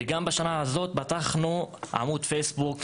בשנה הזאת גם פתחנו עמוד פייסבוק,